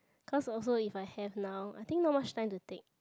cause also if I have now I think not much time to take